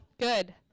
Good